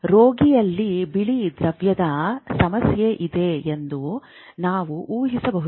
ರೋಗಿಯಲ್ಲಿ ಬಿಳಿ ದ್ರವ್ಯದ ಸಮಸ್ಯೆ ಇದೆ ಎಂದು ನಾವು ಉಹಿಸಬಹುದು